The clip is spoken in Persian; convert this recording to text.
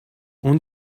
اون